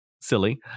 silly